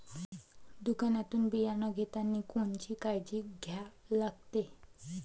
दुकानातून बियानं घेतानी कोनची काळजी घ्या लागते?